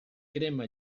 crema